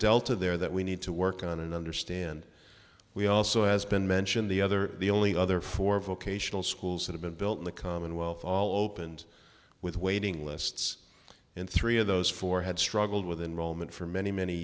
delta there that we need to work on and understand we also has been mentioned the other the only other four vocational schools that have been built in the commonwealth all opened with waiting lists in three of those four had struggled with an rollman for many many